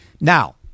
Now